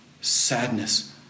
sadness